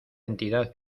entidad